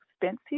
expensive